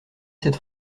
cette